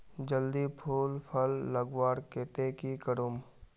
जल्दी फूल फल लगवार केते की करूम?